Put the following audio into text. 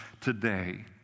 today